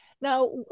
now